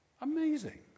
Amazing